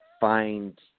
find